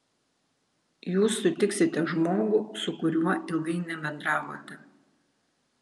jūs sutiksite žmogų su kuriuo ilgai nebendravote